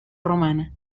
romana